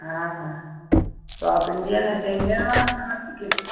हाँ तो आप इंडियन हैं तो इंडियन वाला खाना सीखेंगे